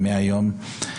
100 יום.